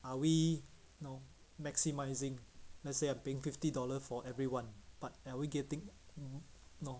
are we know maximising let's say I'm paying fifty dollars for everyone but are we getting know